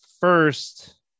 first